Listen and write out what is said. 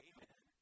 Amen